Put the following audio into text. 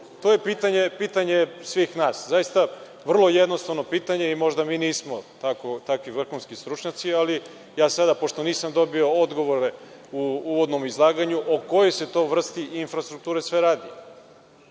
je pitanje svih nas. Vrlo jednostavno pitanje. Možda mi nismo takvi vrhunski stručnjaci, ali pošto nisam dobio odgovore u uvodnom izlaganju, o kojoj vrsti infrastrukture se sve radi?